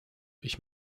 ich